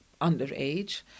underage